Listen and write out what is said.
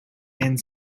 and